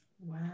wow